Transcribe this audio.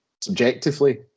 subjectively